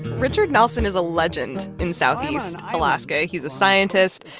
richard nelson is a legend in southeast alaska. he's a scientist.